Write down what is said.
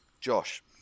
Josh